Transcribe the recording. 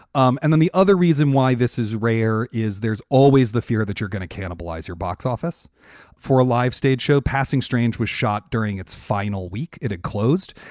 um and then the other reason why this is rare is there's always the fear that you're going to cannibalize your box office for a live stage show. passing strange was shot during its final week. it a closed.